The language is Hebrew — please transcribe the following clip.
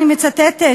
אני מצטטת,